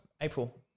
April